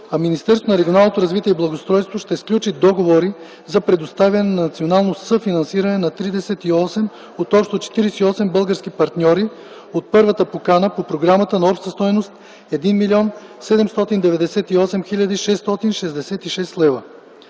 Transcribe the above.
Министерството на регионалното развитие и благоустройството ще сключи договори за предоставяне на национално съфинансиране на 38 от общо 48 български партньори от първата покана по програмата на обща стойност 1 млн. 798 хил. 666 лв.